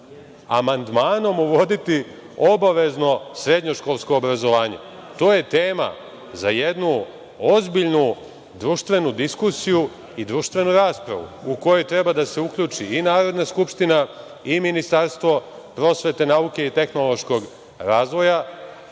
amandmanom uvoditi obavezno srednješkolsko obrazovanje. To je tema za jednu ozbiljnu društvenu diskusiju i društvenu raspravu u kojoj treba da se uključi i Narodna skupština i Ministarstvo prosvete, nauke i tehnološkog razvoja,